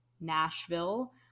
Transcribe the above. nashville